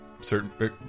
certain